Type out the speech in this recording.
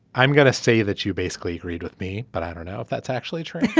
i'm gonna say that you basically agreed with me but i don't know if that's actually true